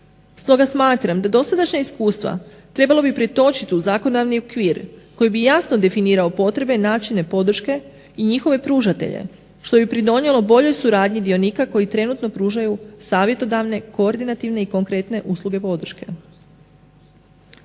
Stoga smatram da dosadašnja iskustva trebalo bi pretočiti u zakonodavni okvir koji bi jasno definirao potrebe, načine podrške i njihove pružatelje što bi pridonijelo boljoj suradnji dionika koji trenutno pružaju savjetodavne, koordinativne i konkretne usluge podrške.